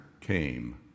came